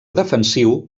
defensiu